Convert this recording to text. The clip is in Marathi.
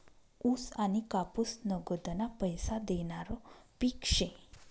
ऊस आनी कापूस नगदना पैसा देनारं पिक शे